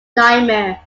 nightmare